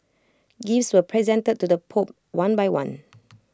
gifts were presented to the pope one by one